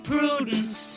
Prudence